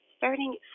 starting